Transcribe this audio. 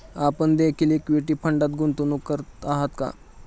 आपण देखील इक्विटी फंडात गुंतवणूक करत आहात का?